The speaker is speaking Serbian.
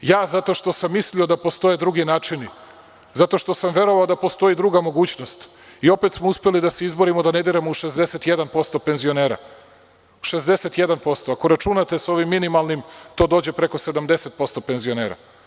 Ja, zato što sam mislio da postoje drugi načini, zato što sam verovao da postoji druga mogućnost i opet smo uspeli da se izborimo, da ne diramo u 61% penzionera, a ako računate sa ovim minimalnim, to dođe preko 70% penzionera.